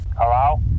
Hello